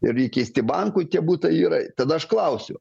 ir įkeisti bankui tie butai yra tada aš klausiu